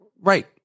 right